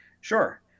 Sure